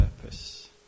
purpose